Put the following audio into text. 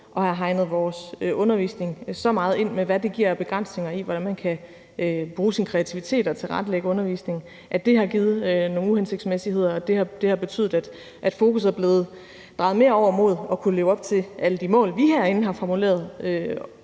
at have hegnet vores undervisning så meget ind – med, hvad det giver af begrænsninger af, hvordan man kan bruge sin kreativitet og tilrettelægge undervisningen – har givet nogle uhensigtsmæssigheder, og at det har betydet, at fokus er blevet drejet mere over på at kunne leve op til alle de mål, vi herinde har formuleret,